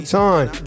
time